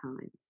times